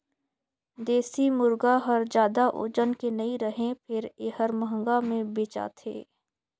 देसी मुरगा हर जादा ओजन के नइ रहें फेर ए हर महंगा में बेचाथे